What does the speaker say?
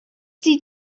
sie